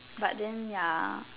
but then ya